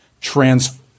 trans